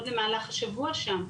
לפחות במהלך השבוע שם.